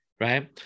right